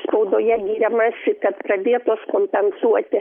spaudoje giriamasi kad pradėtos kompensuoti